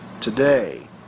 today